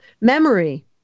memory